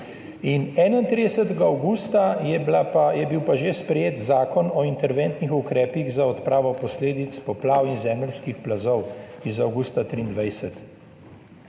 31. avgusta je bil pa že sprejet Zakon o interventnih ukrepih za odpravo posledic poplav in zemeljskih plazov iz avgusta 2023.